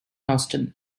austin